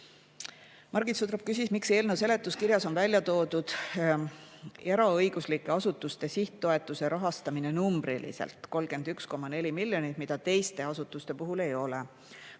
Margit Sutrop küsis, miks eelnõu seletuskirjas on välja toodud eraõiguslike asutuste sihttoetuse rahastamine numbriliselt – 31,4 miljonit –, mida teiste asutuste puhul ei ole.